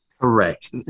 Correct